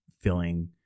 feeling